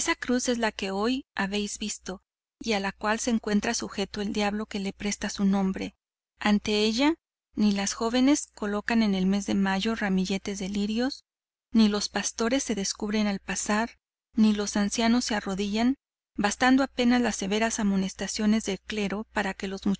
cruz es la que hoy habéis visto y a la cual se encuentra sujeto el diablo que le presta su nombre ante ella ni las jóvenes colocan en el mes de mayo ramilletes de lirios ni los pastores se descubren al pasar ni los ancianos se arrodillan bastando apenas las severas amonestaciones del clero para que los